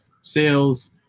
sales